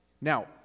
Now